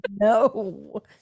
no